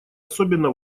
особенно